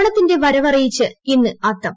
ഓണത്തിന്റെ വരവറിയിച്ച് ഇന്ന് അത്തം